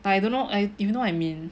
I don't know I if you know what I mean